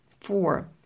four